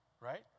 right